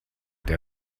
der